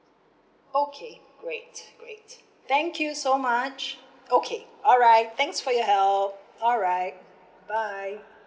okay great great thank you so much okay alright thanks for your help alright bye